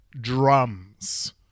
DRUMS